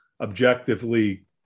objectively